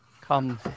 come